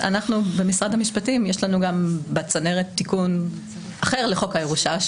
בצנרת של משרד המשפטים יש תיקון אחר לחוק הירושה,